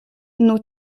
nous